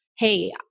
hey